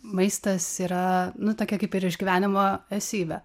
maistas yra nu tokia kaip ir išgyvenimo esybė